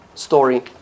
story